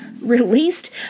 released